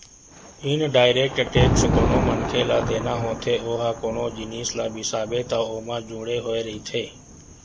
indirect tax कोनो मनखे ल देना होथे ओहा कोनो जिनिस ल बिसाबे त ओमा जुड़े होय रहिथे